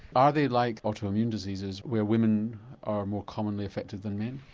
are they like auto-immune diseases where women are more commonly affected than men?